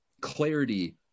clarity